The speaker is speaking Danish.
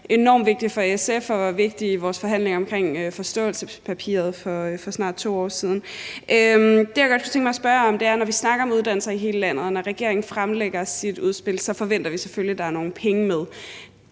enormt vigtigt for SF og var vigtigt for os i forhandlingerne om forståelsespapiret for snart 2 år siden. Det, jeg godt kunne tænke mig at spørge om, er, at når vi snakker om uddannelser i hele landet, og når regeringen fremlægger sit udspil, så forventer vi selvfølgelig, at der er nogle penge med.